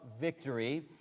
victory